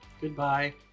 Goodbye